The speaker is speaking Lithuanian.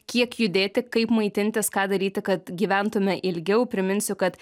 kiek judėti kaip maitintis ką daryti kad gyventume ilgiau priminsiu kad